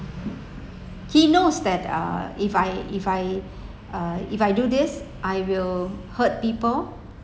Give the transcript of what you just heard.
he knows that uh if I if I uh if I do this I will hurt people